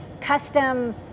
custom